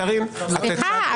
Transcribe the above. קארין -- סליחה,